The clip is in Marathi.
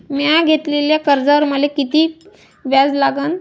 म्या घेतलेल्या कर्जावर मले किती व्याज लागन?